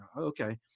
Okay